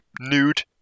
nude